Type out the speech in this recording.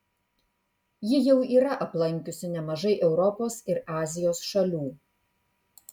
ji jau yra aplankiusi nemažai europos ir azijos šalių